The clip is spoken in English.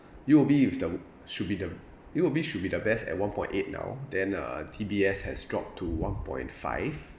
U_O_B is the should be the U_O_B should be the best at one point eight now than uh D_B_S has dropped to one point five